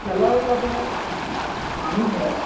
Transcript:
খেলৰ বাবে মানুহে